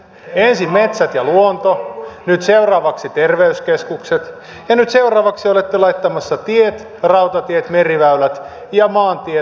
ensin metsät ja luonto seuraavaksi terveyskeskukset ja seuraavaksi olette laittamassa tiet rautatiet meriväylät ja maantiet osakeyhtiöksi